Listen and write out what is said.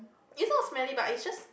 it's not smelly but then it's just